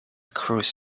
cruz